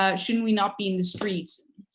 ah should we not be in the streets?